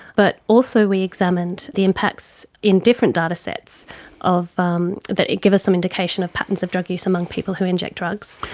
but also we examined the impacts in different datasets um that give us some indication of patterns of drug use among people who inject drugs.